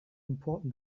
important